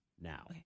now